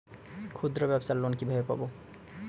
ক্ষুদ্রব্যাবসার লোন কিভাবে পাব?